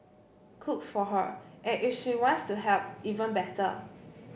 cook for her and if she wants to help even better